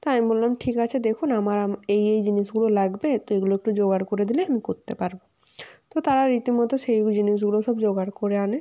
তা আমি বললাম ঠিক আছে দেখুন আমার এই এই জিনিসগুলো লাগবে তো এগুলো একটু জোগাড় করে দিলে আমি করতে পারবো তো তারা রীতিমতো সেই জিনিসগুলো সব জোগাড় করে আনে